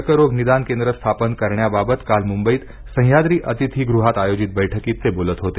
कर्करोग निदान केंद्र स्थापन करण्याबाबत काल मुंबईत सह्याद्री अतिथीगृहात आयोजित बैठकीत ते बोलत होते